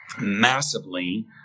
massively